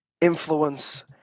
influence